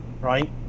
right